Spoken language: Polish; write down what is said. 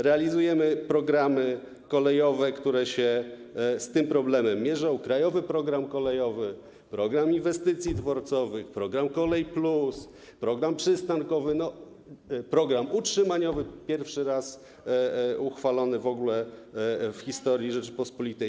Realizujemy programy kolejowe, które się z tym problemem mierzą: krajowy program kolejowy, program inwestycji dworcowych, program Kolej Plus, program przystankowy, program utrzymaniowy, w ogóle pierwszy raz uchwalony w historii Rzeczypospolitej.